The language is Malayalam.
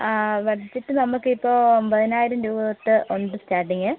ബഡ്ജറ്റ് നമുക്കിപ്പോൾ അമ്പതിനായിരം രൂപ തൊട്ട് ഉണ്ട് സ്റ്റാർട്ടിങ്ങ്